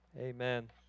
amen